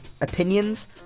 opinions